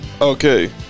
Okay